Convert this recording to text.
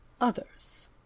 Others